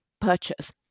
purchase